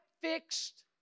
fixed